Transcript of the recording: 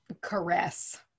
Caress